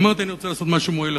אמרתי שאני רוצה לעשות משהו מועיל,